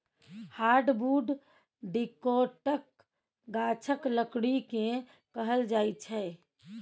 hardwood डिकौटक गाछक लकड़ी केँ कहल जाइ छै